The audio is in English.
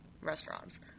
restaurants